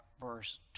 verse